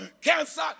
cancer